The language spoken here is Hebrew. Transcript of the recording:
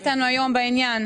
היו איתנו היום בעניין.